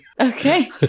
Okay